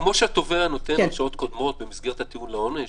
ה כמו שהתובע נותן הרשעות קודמות במסגרת הטיעון לעונש,